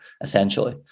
essentially